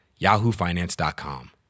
YahooFinance.com